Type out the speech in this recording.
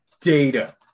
Data